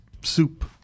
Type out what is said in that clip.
soup